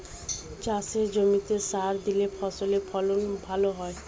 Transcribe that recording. চাষের জমিতে সার দিলে ফসলের ফলন ভালো হয়